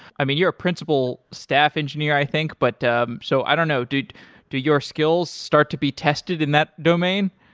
i mean, you're a principal staff engineer i think, but so i don't know. do do your skills start to be tested in that domain?